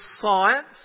science